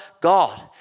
god